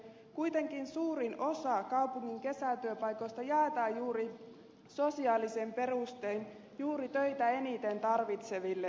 kuitenkin suurin osa kaupungin kesätyöpaikoista jaetaan sosiaalisin perustein juuri töitä eniten tarvitseville